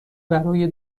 برای